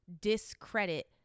discredit